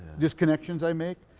just connections i make,